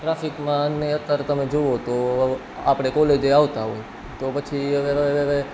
ટ્રાફિકમાં અત્યાર તમે જુઓ તો આપણે કોલેજે આવતા હોય તો પછી